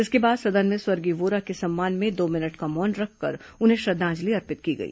इसके बाद सदन में स्वर्गीय वोरा के सम्मान में दो मिनट का मौन रखकर उन्हें श्रद्वांजलि अर्पित की गई